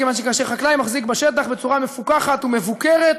מכיוון שכשחקלאי מחזיק בשטח בצורה מפוקחת ומבוקרת,